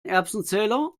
erbsenzähler